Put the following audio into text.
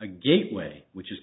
a gateway which is